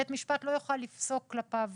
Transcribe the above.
בית משפט לא יוכל לפסוק כלפיו